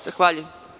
Zahvaljujem.